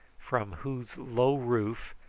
from whose low roof,